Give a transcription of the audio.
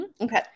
Okay